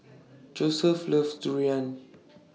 Joesph loves Durian